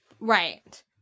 Right